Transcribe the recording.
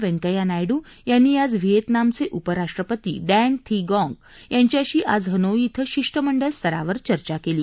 व्यंकप्या नायडू यांनी आज व्हिएतनामचे उपराष्ट्रपती डँग थी गॉक यांच्याशी आज हनोई इथं शिष्टमंडळ स्तरावर चर्चा केली